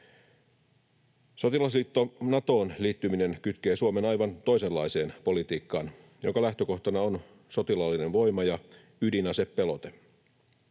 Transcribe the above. Sotilasliitto Natoon liittyminen kytkee Suomen aivan toisenlaiseen politiikkaan, jonka lähtökohtana on sotilaallinen voima ja ydinasepelote.